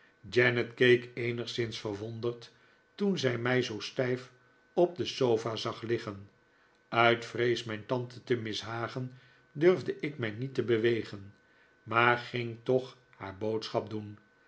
janet keek eenigszins verwonderd toen zij mij zoo stijf op de sofa zag liggen uit vrees mijnjante te mishagen durfde ik mij niet te bewegen maar ging toch haar boodschap doen